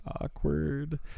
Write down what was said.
awkward